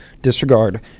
disregard